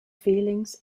feelings